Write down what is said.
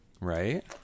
Right